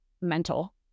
mental